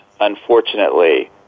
unfortunately